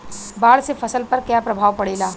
बाढ़ से फसल पर क्या प्रभाव पड़ेला?